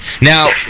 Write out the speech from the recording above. Now